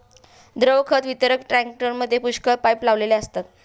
द्रव खत वितरक टँकरमध्ये पुष्कळ पाइप लावलेले असतात